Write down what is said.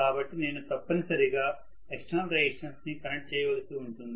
కాబట్టి నేను తప్పనిసరిగా ఎక్స్టర్నల్ రెసిస్టన్స్ ని కనెక్ట్ చేయవలసి ఉంటుంది